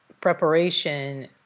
preparation